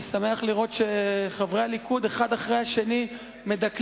אני שמח לראות שחברי הליכוד מדקלמים אחד אחרי השני את